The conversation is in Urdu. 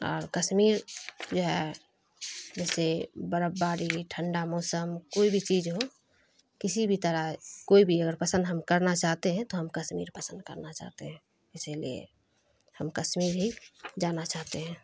اور کشمیر جو ہے جیسے برف باری ٹھنڈا موسم کوئی بھی چیز ہو کسی بھی طرح کوئی بھی اگر پسند ہم کرنا چاہتے ہیں تو ہم کشمیر پسند کرنا چاہتے ہیں اسی لیے ہم کشمیر ہی جانا چاہتے ہیں